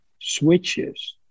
switches